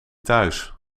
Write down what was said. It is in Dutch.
thuis